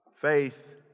Faith